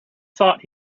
thought